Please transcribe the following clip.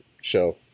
show